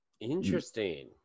Interesting